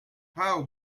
how